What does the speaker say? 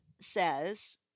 says